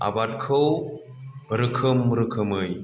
आबादखौ रोखोम रोखोमै